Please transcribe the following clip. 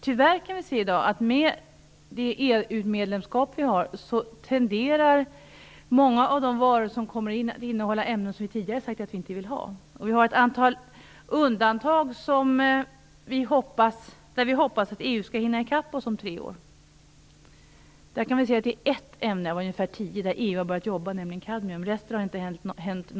Tyvärr kan vi i dag se att i och med EU medlemskapet tenderar många av de varor som kommer in i landet att innehålla ämnen som vi tidigare sagt att vi inte vill ha. Det finns ett antal undantag där vi hoppas att EU skall ha hunnit i kapp oss om tre år. Av ungefär tio ämnen är det bara ett som EU har börjat jobba med. Det gäller då kadmium. För övrigt har ingenting hänt.